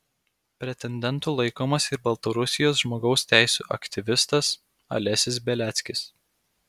pretendentu laikomas ir baltarusijos žmogaus teisių aktyvistas alesis beliackis